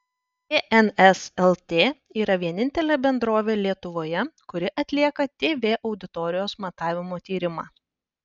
tns lt yra vienintelė bendrovė lietuvoje kuri atlieka tv auditorijos matavimo tyrimą